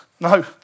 No